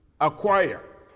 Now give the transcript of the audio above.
acquire